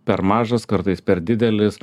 per mažas kartais per didelis